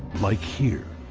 like here